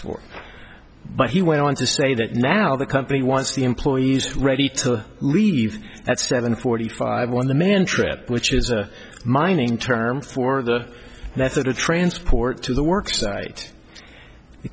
for but he went on to say that now the company wants the employees ready to leave at seven forty five one the mantrip which is a mining term for the method of transport to the work site the